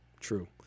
True